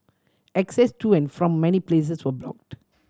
access to and from many places were blocked